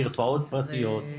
מרפאות פרטיות,